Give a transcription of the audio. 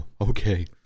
Okay